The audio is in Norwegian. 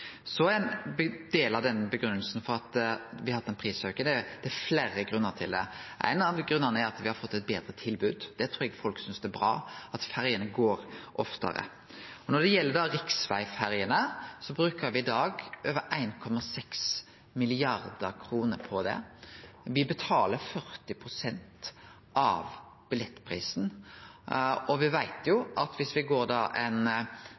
at me har hatt ein prisauke. Ein av grunnane er at me har fått eit betre tilbod, eg trur folk synest det er bra at ferjene går oftare. Når det gjeld riksvegferjene, brukar me i dag over 1,6 mrd. kr på dei. Me betaler 40 pst. av billettprisen, og me veit